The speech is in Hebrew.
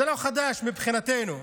זה לא חדש מבחינתנו,